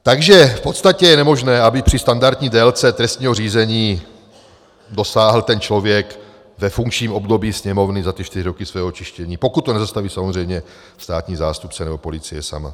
Takže v podstatě je nemožné, aby při standardní délce trestního řízení dosáhl člověk ve funkčním období Sněmovny za ty čtyři roky svého očištění, pokud to nezastaví samozřejmě státní zástupce nebo policie sama.